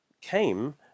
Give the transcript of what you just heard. came